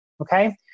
Okay